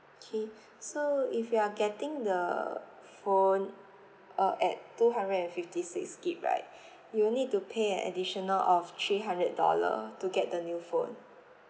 okay so if you are getting the phone uh at two hundred and fifty six gig right you will need to pay an additional of three hundred dollar to get the new phone